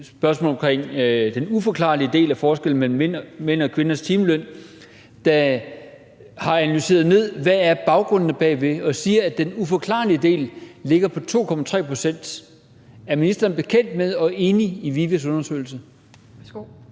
rapport om den uforklarlige del af forskellen mellem mænd og kvinders timeløn. Her bliver det analyseret, hvad baggrunden er for det, og rapporten siger, at den uforklarlige del ligger på 2,3 pct. Er ministeren bekendt med og enig i VIVE's undersøgelse?